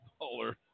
dollar